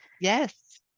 Yes